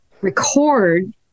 record